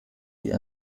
die